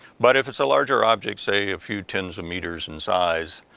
but if it's a larger object, say a few tens of meters in size,